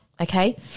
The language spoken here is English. okay